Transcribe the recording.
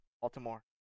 Baltimore